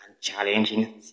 challenging